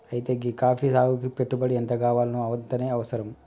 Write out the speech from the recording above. అయితే గీ కాఫీ సాగుకి పెట్టుబడి ఎంతగావాల్నో అంతనే అవసరం